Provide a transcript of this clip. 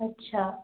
अच्छा